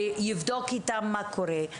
שיבדוק איתם מה קורה,